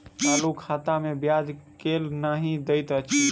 चालू खाता मे ब्याज केल नहि दैत अछि